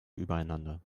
übereinander